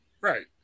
right